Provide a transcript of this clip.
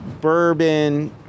Bourbon